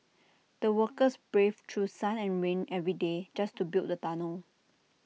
the workers braved through sun and rain every day just to build the tunnel